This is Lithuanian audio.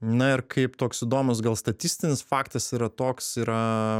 na ir kaip toks įdomus gal statistinis faktas yra toks yra